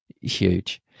Huge